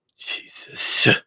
Jesus